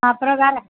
அப்புறம் வேறு